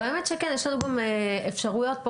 והאמת שכן: יש לנו גם אפשרויות פה